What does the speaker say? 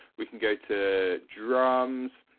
we can go to drums.